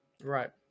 Right